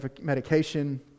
medication